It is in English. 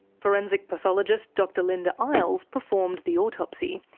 forensic pathologist, dr linda isles performed the autopsy.